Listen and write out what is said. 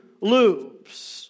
loops